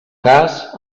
cas